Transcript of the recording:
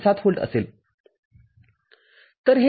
७ volt असेल